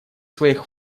своих